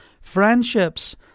friendships